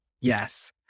Yes